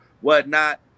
whatnot